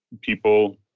people